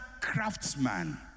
craftsman